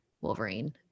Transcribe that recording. Wolverine